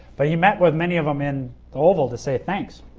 but he met with many of them in the oval to say thanks.